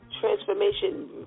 transformation